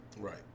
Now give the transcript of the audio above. right